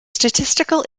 statistical